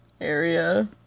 area